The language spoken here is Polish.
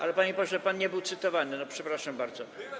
Ale panie pośle, pan nie był cytowany, przepraszam bardzo.